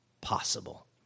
possible